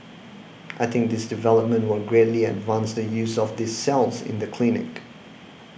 I think this development will greatly advance the use of these cells in the clinic